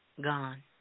Gone